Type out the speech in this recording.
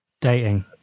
dating